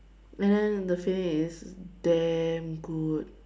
and then the feeling is damn good